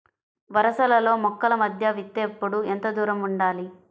వరసలలో మొక్కల మధ్య విత్తేప్పుడు ఎంతదూరం ఉండాలి?